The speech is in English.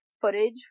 footage